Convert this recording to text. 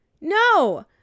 No